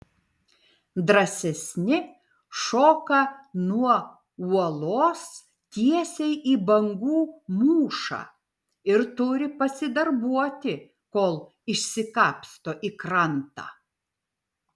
drąsesni šoka nuo uolos tiesiai į bangų mūšą ir turi pasidarbuoti kol išsikapsto į krantą